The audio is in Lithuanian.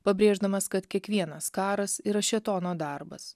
pabrėždamas kad kiekvienas karas yra šėtono darbas